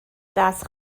دست